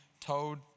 told